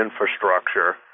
Infrastructure